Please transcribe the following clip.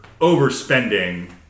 overspending